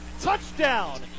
touchdown